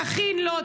תכין לו,